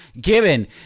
given